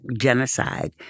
genocide